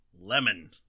Lemon